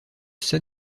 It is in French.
sun